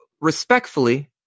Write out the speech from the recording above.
respectfully